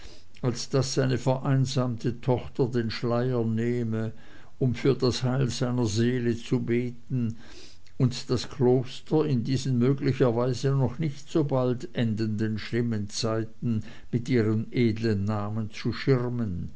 als daß seine vereinsamte tochter den schleier nehme um für das heil seiner seele zu beten und das kloster in diesen möglicherweise noch nicht so bald endenden schlimmen zeiten mit ihrem edeln namen zu schirmen